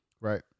Right